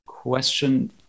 Question